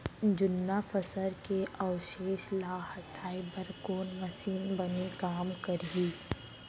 जुन्ना फसल के अवशेष ला हटाए बर कोन मशीन बने काम करही?